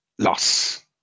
Loss